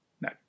No